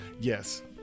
yes